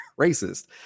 racist